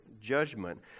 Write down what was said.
judgment